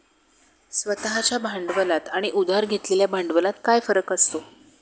स्वतः च्या भांडवलात आणि उधार घेतलेल्या भांडवलात काय फरक असतो?